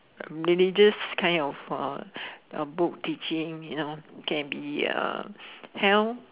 religious kind of uh uh book teaching you know can be uh hell